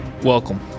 Welcome